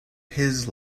his